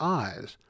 eyes